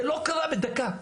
זה לא קרה בדקה,